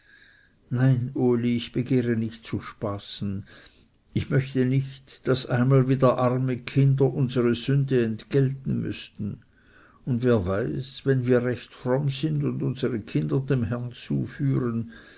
nein uli ich begehre nicht zu spaßen ich möchte nicht daß einmal wieder arme kinder unsere sünde entgelten müßten und wer weiß wenn wir recht fromm sind und unsere kinder dem herrn zuführen